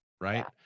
right